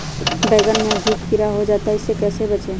बैंगन में अधिक कीड़ा हो जाता हैं इससे कैसे बचे?